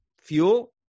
fuel